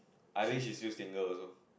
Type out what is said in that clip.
I think she's still single also